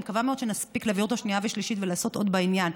אני מקווה מאוד שנספיק להעביר אותו בשנייה ושלישית ולעשות עוד בעניין,